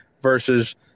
versus